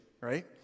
right